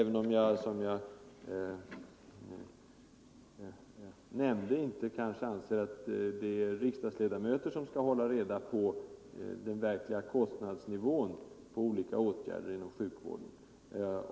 Men jag anser inte att det är riksdagsledamöterna som skall hålla reda på den verkliga kostnadsnivån för olika åtgärder inom sjukvården.